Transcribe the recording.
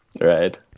right